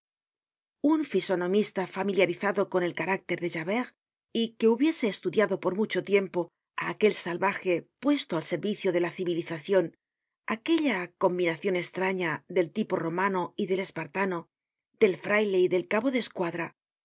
un fisonomista familiarizado con el carácter de javert y que hubiese estudiado por mucho tiempo á aquel salvaje puesto al servicio de la civilizacion aquella combinacion estraña del tipo romano y del espartano del fraile y del cabo de escuadra